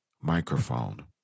microphone